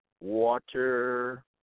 water